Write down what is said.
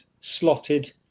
slotted